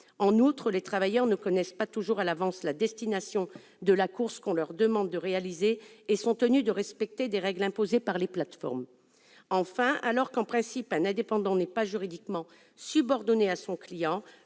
En outre, ils ne connaissent pas toujours à l'avance la destination de la course qu'on leur demande de réaliser et sont tenus de respecter des règles imposées par la plateforme. Enfin, alors qu'en principe un indépendant n'est pas juridiquement subordonné à son client,